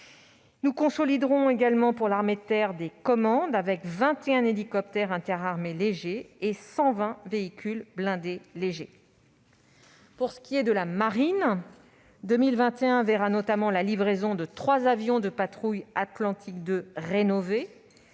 Nous consoliderons également les commandes de 21 hélicoptères interarmées légers et 120 véhicules blindés légers. Pour la marine, 2021 verra notamment la livraison de 3 avions de patrouille Atlantique 2 rénovés